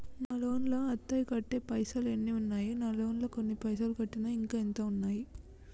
నా లోన్ లా అత్తే కట్టే పైసల్ ఎన్ని ఉన్నాయి నా లోన్ లా కొన్ని పైసల్ కట్టిన ఇంకా ఎంత ఉన్నాయి?